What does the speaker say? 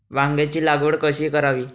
वांग्यांची लागवड कशी करावी?